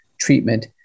treatment